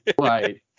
right